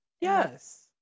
Yes